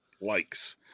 likes